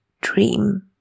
dream